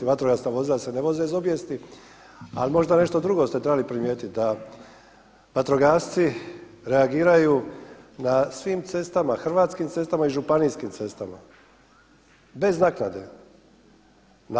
Vatrogasna vozila se ne voze iz obijesti, ali možda nešto drugo ste trebali primijetiti, da vatrogasci reagiraju na svim cestama, hrvatskim cestama i županijskim cestama bez naknade.